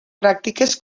pràctiques